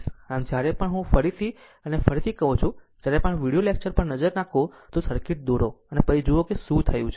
આમ જ્યારે પણ હું ફરીથી અને ફરીથી કહું છું જ્યારે પણ આ વિડિઓ લેક્ચર પર નજર નાખો તો સર્કિટ દોરો પછી જુઓ કે શું થયું છે